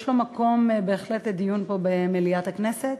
יש מקום בהחלט לדון בו במליאת הכנסת,